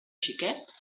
xiquet